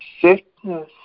Sickness